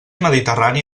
mediterrani